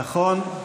נכון,